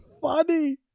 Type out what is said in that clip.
funny